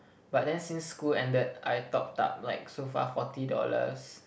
but then since school ended I topped up like so far forty dollars